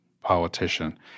politician